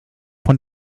von